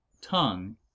tongue